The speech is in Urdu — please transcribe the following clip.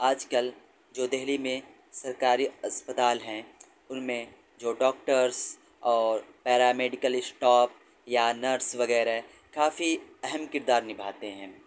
آج کل جو دہلی میں سرکاری اسپتال ہیں ان میں جو ڈاکٹرس اور پیرامیڈیکل اسٹاپ یا نرس وغیرہ کافی اہم کردار نبھاتے ہیں